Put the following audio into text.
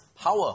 power